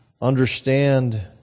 understand